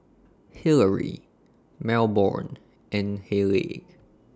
Hillery Melbourne and Haleigh